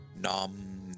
Nom